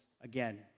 again